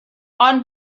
ond